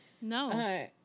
No